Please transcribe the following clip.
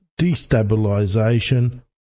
destabilization